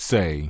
Say